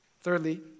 Thirdly